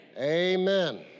Amen